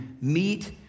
meet